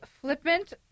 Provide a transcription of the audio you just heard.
flippant